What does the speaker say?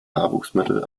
haarwuchsmittel